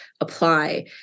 apply